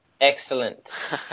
Excellent